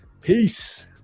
peace